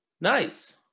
Nice